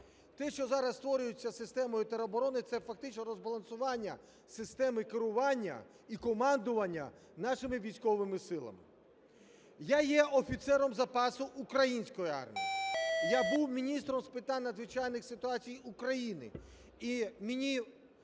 Те, що зараз створюється системою тероборони – це фактично розбалансування системи керування і командування нашими військовими силами. Я є офіцером запасу української армії. Я був міністром з питань надзвичайних ситуацій України, і